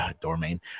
domain